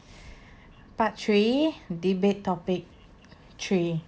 part three debate topic three